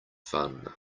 fun